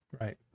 right